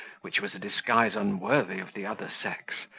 which was a disguise unworthy of the other sex,